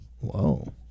Whoa